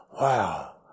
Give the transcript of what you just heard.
Wow